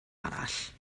arall